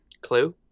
Clue